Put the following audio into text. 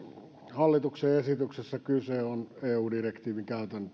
hallituksen esityksessä on kyse eu direktiivin